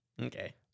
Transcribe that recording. Okay